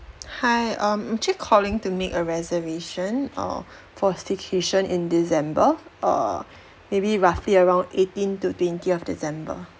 hi um actually calling to make a reservation err for staycation in december err maybe roughly around eighteen to twentieth december